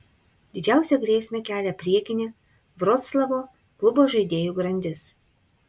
didžiausią grėsmę kelia priekinė vroclavo klubo žaidėjų grandis